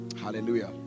Hallelujah